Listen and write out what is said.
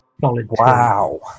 Wow